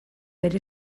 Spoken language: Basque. bere